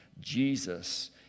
Jesus